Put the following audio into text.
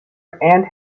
and